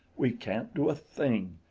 we can't do a thing.